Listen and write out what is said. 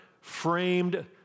framed